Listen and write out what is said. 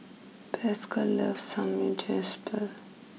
Pascal loves